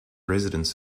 residents